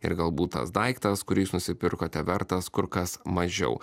ir galbūt tas daiktas kurį jūs nusipirkote vertas kur kas mažiau